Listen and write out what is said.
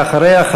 ואחריה,